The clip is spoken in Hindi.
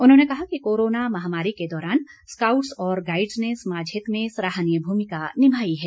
उन्होंने कहा कि कोरोना महामारी के दौरान स्काउटस और गाईडस ने समाज हित में सराहनीय भूमिका निभाई है